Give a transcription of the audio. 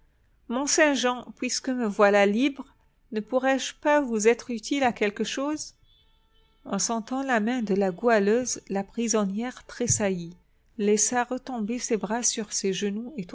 mont-saint-jean puisque me voilà libre ne pourrais-je pas vous être utile à quelque chose en sentant la main de la goualeuse la prisonnière tressaillit laissa retomber ses bras sur ses genoux